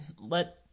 Let